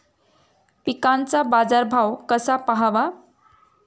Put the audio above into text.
पिकांचा बाजार भाव कसा पहावा?